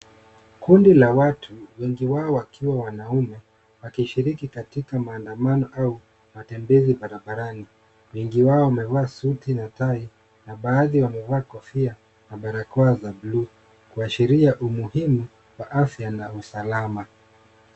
Kundi la watu wengi wao wakiwa wanaume wakishiriki katika maandamano au matembezi barabarani wengi wao wamevaa suti na tai na baadhi wamevaa kofia na barakoa za bluu kuashiria umuhimu wa afya na usalama.